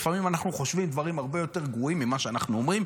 ולפעמים אנחנו חושבים דברים הרבה יותר גרועים ממה שאנחנו אומרים,